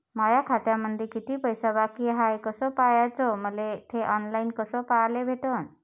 माया खात्यामंधी किती पैसा बाकी हाय कस पाह्याच, मले थे ऑनलाईन कस पाह्याले भेटन?